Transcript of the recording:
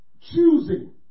choosing